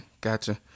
Gotcha